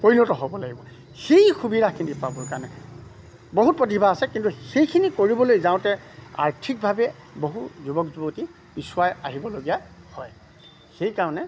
পৰিণত হ'ব লাগিব সেই সুবিধাখিনি পাবৰ কাৰণে বহুত প্ৰতিভা আছে কিন্তু সেইখিনি কৰিবলৈ যাওঁতে আৰ্থিকভাৱে বহু যুৱক যুৱতী পিছুৱাই আহিবলগীয়া হয় সেইকাৰণে